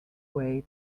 way